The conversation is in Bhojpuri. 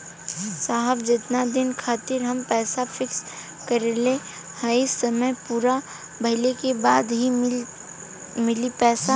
साहब जेतना दिन खातिर हम पैसा फिक्स करले हई समय पूरा भइले के बाद ही मिली पैसा?